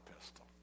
pistol